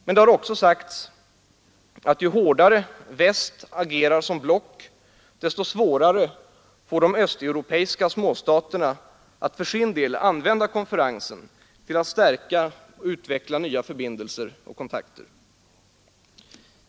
Men det har också sagts att ju hårdare väst agerar som block, desto svårare får de östeuropeiska småstaterna att för sin del använda konferensen till att stärka och utveckla nya förbindelser och kontakter.